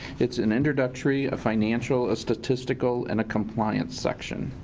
it's an introductory, a financial, a statistical and a compliance section.